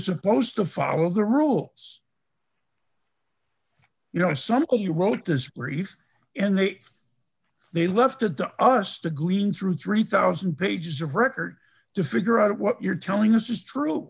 supposed to follow the rules you know some of you wrote this brief in the th they left it to us to glean through three thousand pages of record to figure out what you're telling us is true